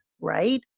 right